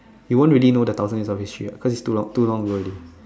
you won't really know the thousand years of history what cause its too long too long ago already